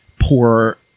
poor